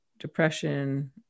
depression